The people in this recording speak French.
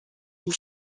une